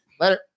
Later